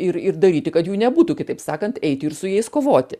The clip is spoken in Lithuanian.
ir ir daryti kad jų nebūtų kitaip sakant eiti ir su jais kovoti